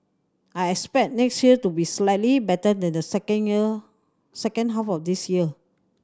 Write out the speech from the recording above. I expect next year to be slightly better than the second year second half of this year